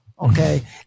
okay